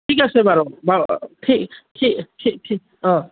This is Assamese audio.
ঠিক আছে বাৰু বাৰু ঠিক ঠিক ঠিক ঠিক অঁ